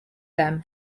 them